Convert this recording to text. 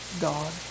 God